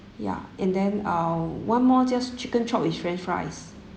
ya and then uh one more just chicken chop with french fries